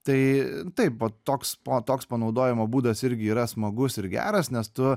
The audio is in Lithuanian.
tai taip vat toks toks panaudojimo būdas irgi yra smagus ir geras nes tu